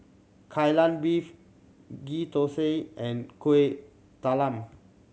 Kai Lan Beef Ghee Thosai and Kueh Talam